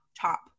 top